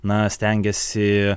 na stengiasi